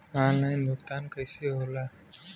Online भुगतान कईसे होला?